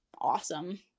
awesome